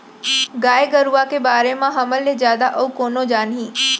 गाय गरूवा के बारे म हमर ले जादा अउ कोन जानही